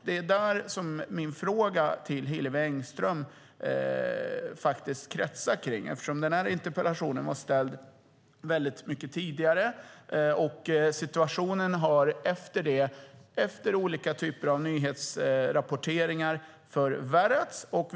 Det har gått lång tid sedan interpellationen ställdes, och situationen har enligt olika typer av nyhetsrapporteringar förvärrats efter detta.